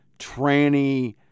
tranny